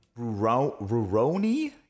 Ruroni